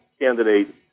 candidate